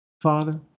Father